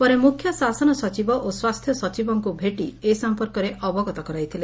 ପରେ ମୁଖ୍ୟ ଶାସନ ସଚିବ ଓ ସ୍ୱାସ୍ଥ୍ୟ ସଚିବଙ୍କୁ ଭେଟି ଏ ସମ୍ମର୍କରେ ଅବଗତ କରାଇଥିଲେ